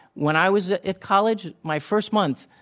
when i was at college, my first month,